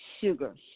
sugar